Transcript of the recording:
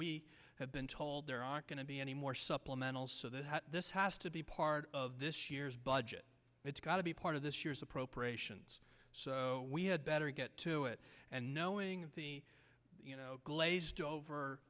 we have been told there are going to be any more supplemental so that this has to be part of this year's budget it's got to be part of this year's appropriations so we had better get to it and knowing that the glazed over